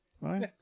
right